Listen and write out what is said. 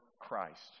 Christ